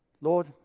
Lord